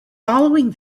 following